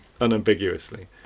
unambiguously